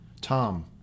Tom